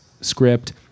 script